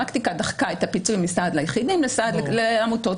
הפרקטיקה דחקה את הפיצוי מסעד ליחידים לסעד לעמותות.